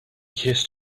kissed